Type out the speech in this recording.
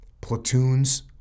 platoons